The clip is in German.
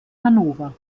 hannover